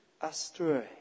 astray